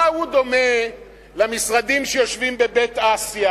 מה הוא דומה למשרדים שיושבים בבית-אסיה?